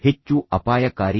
ಈಗ ಅದನ್ನು ತೆಗೆದುಹಾಕಿ